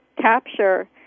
capture